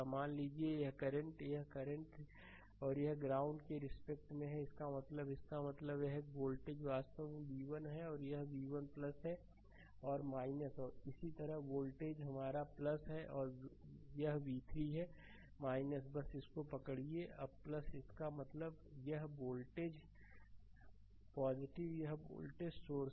slide समय देखें 2429 मान लीजिए कि यह करंट यह करंट है और यह ग्राउंड की रिस्पेक्ट में है इसका मतलब है इसका मतलब है कि यह वोल्टेज वास्तव में v1 है यह v1 है और इसी तरह यह वोल्टेज हमारा है और यह v3 है बस इसको पकड़िए इसका मतलब यह वोल्टेज यह वोल्टेज सोर्स है